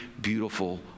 beautiful